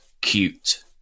cute